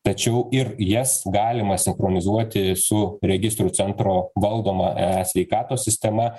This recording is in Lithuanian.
tačiau ir jas galima sinchronizuoti su registrų centro valdoma esveikatos sistema